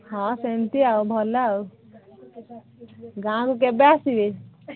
ହଁ ସେମିତି ଆଉ ଭଲ ଆଉ ଗାଁକୁ କେବେ ଆସିବେ